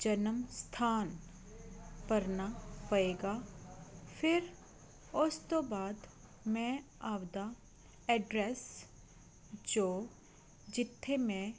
ਜਨਮ ਸਥਾਨ ਭਰਨਾ ਪਏਗਾ ਫਿਰ ਉਸ ਤੋਂ ਬਾਅਦ ਮੈਂ ਆਪਦਾ ਐਡਰੈਸ ਜੋ ਜਿੱਥੇ ਮੈਂ